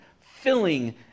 filling